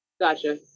Gotcha